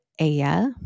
Aya